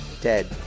Dead